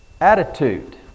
attitude